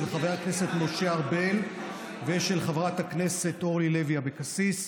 של חבר הכנסת משה ארבל ושל חברת הכנסת אורלי לוי אבקסיס.